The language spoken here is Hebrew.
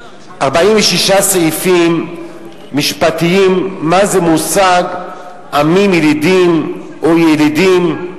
46 סעיפים משפטיים שמסבירים את המושג "עמים ילידיים" או "ילידים".